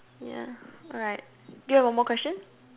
yeah alright do you have one more question